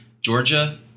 Georgia